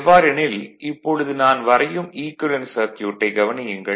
எவ்வாறு எனில் இப்பொழுது நான் வரையும் ஈக்குவேலன்ட் சர்க்யூட்டைக் கவனியுங்கள்